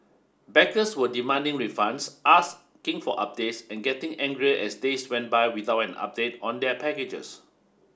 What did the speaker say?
backers were demanding refunds asking for updates and getting angrier as days went by without an update on their packages